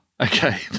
Okay